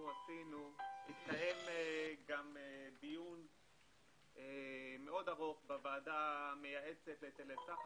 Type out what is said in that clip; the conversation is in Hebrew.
שעשינו גם התקיים דיון מאוד ארוך בוועדה המייעצת להיטלי סחר.